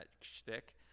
shtick